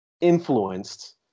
influenced